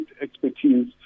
expertise